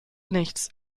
nichts